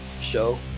show